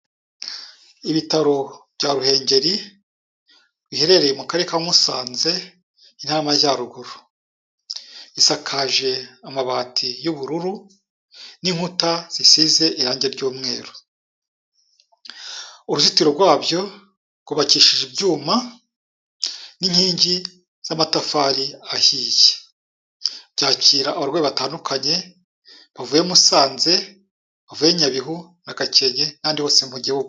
Ibitaro bya Ruhengeri, biherereye mu Karere ka Musanze, Intara y'Amajyaruguru, isakaje amabati y'ubururu n'inkuta zisize irange ry'umweru, uruzitiro rwabyo rwubakishije ibyuma n'inkingi z'amatafari ahiye, byakira ubarwayi batandukanye bavuye Musanze, bavuye Nyabihu na Gakenke n'ahandi hose mu gihugu.